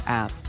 app